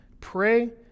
Pray